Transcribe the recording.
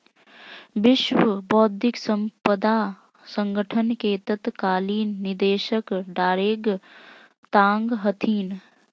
विश्व बौद्धिक साम्पदा संगठन के तत्कालीन निदेशक डारेंग तांग हथिन